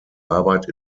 arbeit